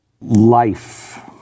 Life